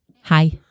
Hi